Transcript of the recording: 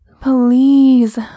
Please